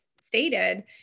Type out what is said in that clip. stated